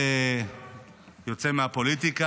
שיכתוב דברים עניינים,